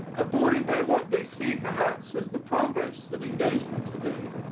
ah buoyed by what they see, perhaps, as the progress of engagement today.